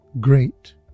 Great